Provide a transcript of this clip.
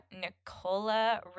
Nicola